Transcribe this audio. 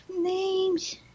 names